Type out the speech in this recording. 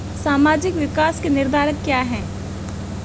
सामाजिक विकास के निर्धारक क्या है?